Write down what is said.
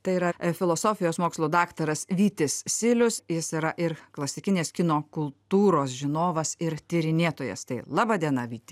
tai yra filosofijos mokslų daktaras vytis silius jis yra ir klasikinės kino kultūros žinovas ir tyrinėtojas tai laba diena vyti